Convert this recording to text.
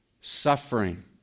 suffering